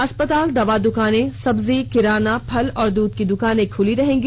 अस्पताल दवा दुकानें सब्जी किराना फल और दूध की दुकानें खुली रहेंगी